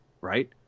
Right